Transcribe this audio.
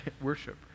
worship